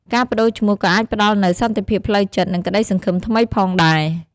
ការប្ដូរឈ្មោះក៏អាចផ្ដល់នូវ សន្តិភាពផ្លូវចិត្ត និងក្តីសង្ឃឹមថ្មីផងដែរ។